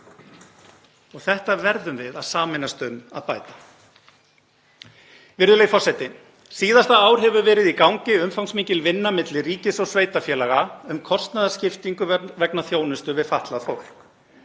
Þetta verðum við að sameinast um að bæta. Virðulegi forseti. Síðasta ár hefur verið í gangi umfangsmikil vinna milli ríkis og sveitarfélaga um kostnaðarskiptingu vegna þjónustu við fatlað fólk.